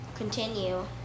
Continue